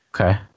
okay